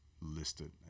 listed